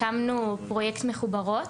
הקמנו את פרויקט "מחוברות":